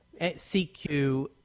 CQ